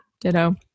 Ditto